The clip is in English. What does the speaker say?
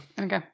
Okay